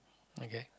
okay